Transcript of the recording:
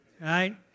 Right